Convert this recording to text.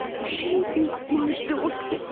she is my daughter!